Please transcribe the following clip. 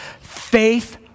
faith